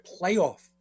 playoff